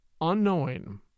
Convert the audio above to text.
UNKNOWING